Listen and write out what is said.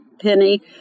penny